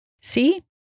See